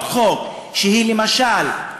למשל,